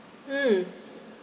mm